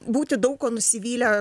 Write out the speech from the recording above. būti daug kuo nusivylę